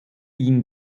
ihn